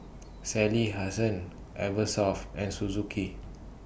Sally Hansen Eversoft and Suzuki